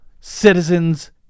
Citizens